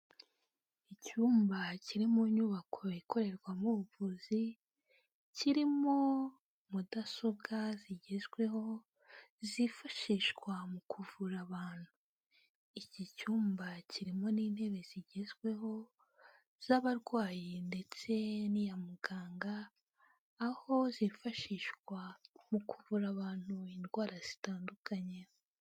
Icyumba kiri mu nyubako ikorerwamo ubuvuzi, kirimo mudasobwa zigezweho zifashishwa mu kuvura abantu, iki cyumba kirimo n'intebe zigezweho z'abarwayi ndetse n'iya muganga, aho zifashishwa mu kuvura abantu indwara zitandukanye.